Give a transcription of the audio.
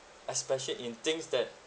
especially in things that